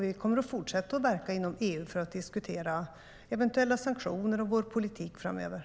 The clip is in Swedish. Vi kommer att fortsätta att verka inom EU för att diskutera eventuella sanktioner och vår politik framöver.